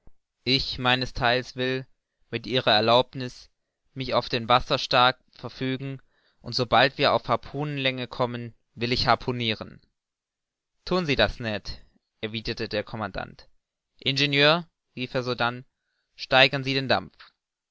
ich meines theils will mit ihrer erlaubniß mich auf den wasserstag verfügen und sobald wir auf harpunenlänge kommen will ich harpunieren thun sie das ned erwiderte der commandant ingenieur rief er sodann steigern sie den dampf